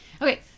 Okay